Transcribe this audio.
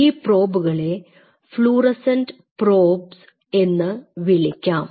ഈ പ്രോബുകളെ fluorescent probes എന്ന് വിളിക്കാം